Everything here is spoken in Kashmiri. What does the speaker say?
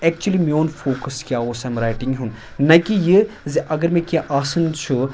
ایٚکچُلی میون فوکَس کیاہ اوس اَمہِ رایٹنٛگ ہُنٛد نہ کہ یہِ زِ اگر مےٚ کینٛہہ آسان چھُ